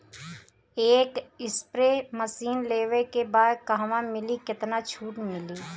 एक spray machine लेवे के बा कहवा मिली केतना छूट मिली?